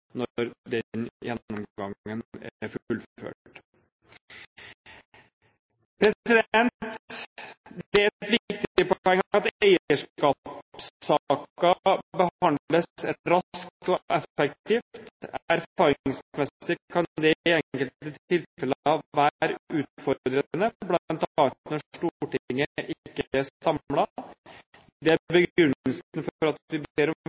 når den gjennomgangen er fullført. Det er et viktig poeng at eierskapssaker behandles raskt og effektivt. Erfaringsmessig kan det i enkelte tilfeller være utfordrende, bl.a. når Stortinget ikke er samlet. Det er begrunnelsen for at vi ber om